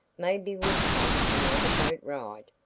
maybe we'll take a motorboat ride.